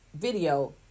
video